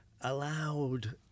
allowed